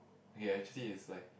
okay actually it's like